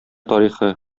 тарихы